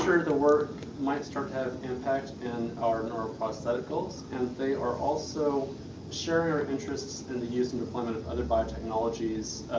sort of the work might start to have impact in our neuroprosthetic goals, and they are also sharing our interests in the use and deployment of other biotechnologies,